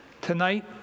Tonight